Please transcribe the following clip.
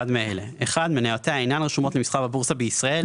מאלה: מניותיה אינן רשומות למסחר בבורסה בישראל,